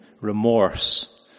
remorse